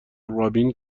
رابین